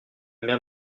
mer